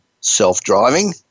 self-driving